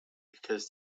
because